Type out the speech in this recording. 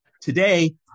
Today